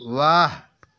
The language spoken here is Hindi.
वाह